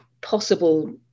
possible